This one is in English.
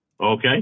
okay